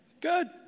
Good